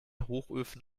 hochöfen